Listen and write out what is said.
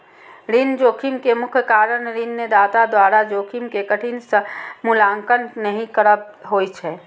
ऋण जोखिम के मुख्य कारण ऋणदाता द्वारा जोखिम के ठीक सं मूल्यांकन नहि करब होइ छै